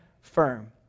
firm